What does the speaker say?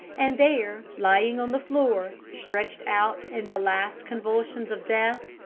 and there, lying on the floor, stretched out in the last convulsions of death,